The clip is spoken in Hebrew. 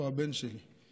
איפה הבן שלי?